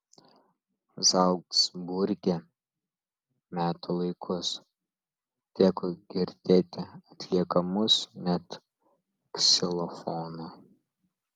zalcburge metų laikus teko girdėti atliekamus net ksilofono